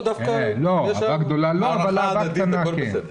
לא, דווקא יש הערכה הדדית, הכול בסדר.